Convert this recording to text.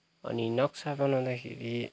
अनि नक्सा बनाउँदाखेरि